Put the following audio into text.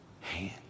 hand